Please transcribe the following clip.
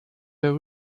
were